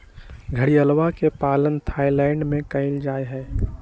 घड़ियलवा के पालन थाईलैंड में कइल जाहई